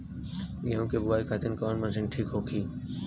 गेहूँ के बुआई खातिन कवन मशीन ठीक होखि?